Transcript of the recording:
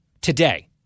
today